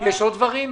עוד דברים?